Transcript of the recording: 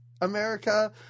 America